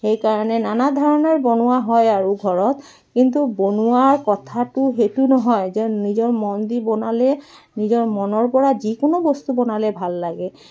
সেইকাৰণে নানা ধৰণৰ বনোৱা হয় আৰু ঘৰত কিন্তু বনোৱাৰ কথাটো সেইটো নহয় যে নিজৰ মন দি বনালে নিজৰ মনৰ পৰা যিকোনো বস্তু বনালে ভাল লাগে